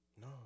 No